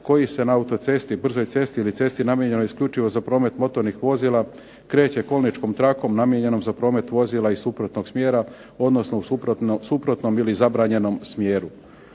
koji se na autocesti, brzoj cesti ili cesti namijenjenoj isključivo za promet motornih vozila kreće kolničkom trakom namijenjenom za promet vozila iz suprotnog smjera, odnosno u suprotnom ili zabranjenom smjeru.